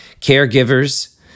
Caregivers